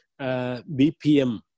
BPM